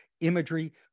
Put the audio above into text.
imagery